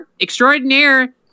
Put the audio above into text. extraordinaire